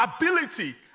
ability